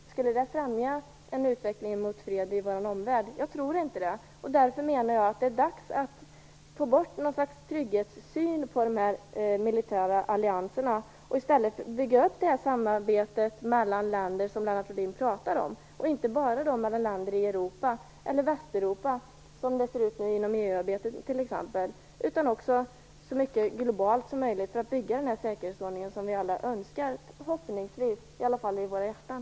Skulle det främja en utveckling mot fred i vår omvärld? Jag tror inte det. Jag menar därför att det är dags att få bort något slags trygghetssyn på de här militärallianserna och att i stället bygga upp det samarbete mellan länder som Lennart Rohdin pratar om, inte bara mellan länder i Västeuropa, som det t.ex. ser ut nu inom EU-arbetet, utan också så globalt som möjligt, för att bygga den säkerhetsordning som vi alla förhoppningsvis önskar, i alla fall i våra hjärtan.